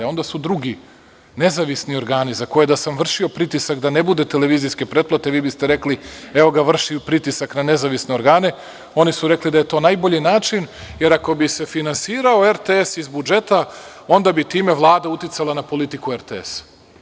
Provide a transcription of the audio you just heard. Onda su drugi nezavisni organi, za koje da sam vršio pritisak da ne bude televizijske pretplate vi biste rekli – evo ga, vrši pritisak na nezavisne organe, oni su rekli da je to najbolji način, jer ako bi se finansirao RTS iz budžeta onda bi time Vlada uticao na politiku RTS.